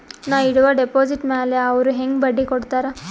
ನಾ ಇಡುವ ಡೆಪಾಜಿಟ್ ಮ್ಯಾಲ ಅವ್ರು ಹೆಂಗ ಬಡ್ಡಿ ಕೊಡುತ್ತಾರ?